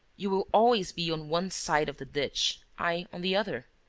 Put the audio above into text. you will always be on one side of the ditch, i on the other.